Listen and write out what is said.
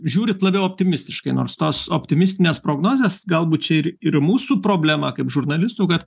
žiūrit labiau optimistiškai nors tos optimistinės prognozės galbūt čia ir ir mūsų problema kaip žurnalistų kad